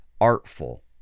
artful